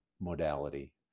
modality